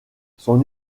son